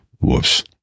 Whoops